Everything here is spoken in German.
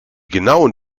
genauen